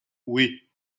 oui